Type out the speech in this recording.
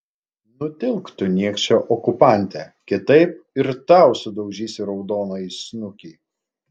nutilk tu niekše okupante kitaip ir tau sudaužysiu raudonąjį snukį